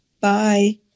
Bye